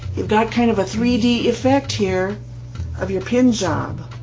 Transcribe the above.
you've got kind of a three d effect here of your pin job,